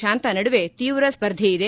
ಶಾಂತಾ ನಡುವೆ ತೀವ್ರ ಸ್ಪರ್ಧೆ ಇದೆ